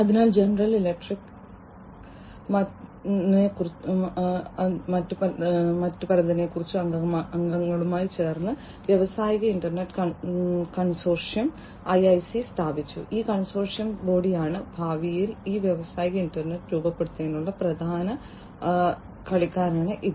അതിനാൽ general electric മറ്റ് കുറച്ച് അംഗങ്ങളുമായി ചേർന്ന് വ്യാവസായിക ഇന്റർനെറ്റ് കൺസോർഷ്യം IIC സ്ഥാപിച്ചു ഈ കൺസോർഷ്യം ബോഡിയാണ് ഭാവിയിൽ ഈ വ്യാവസായിക ഇന്റർനെറ്റ് രൂപപ്പെടുത്തുന്നതിനുള്ള പ്രധാന കളിക്കാരനാണ് ഇത്